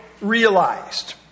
realized